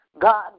God